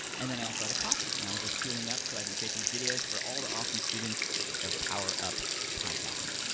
and then i also had a coffee, and i was just fueling up so i can create these videos for all the awesome students of power up podcasting.